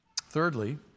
Thirdly